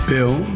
Bill